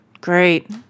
Great